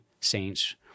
saints